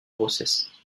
grossesse